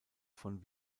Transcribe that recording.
von